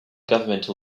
governmental